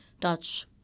touch